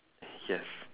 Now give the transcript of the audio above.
yes